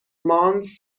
مانتس